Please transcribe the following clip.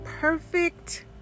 perfect